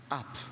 up